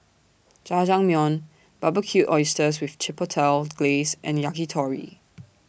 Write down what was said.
Jajangmyeon Barbecued Oysters with Chipotle Glaze and Yakitori